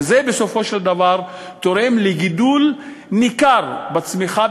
וזה בסופו של דבר תורם לגידול ניכר בצמיחה,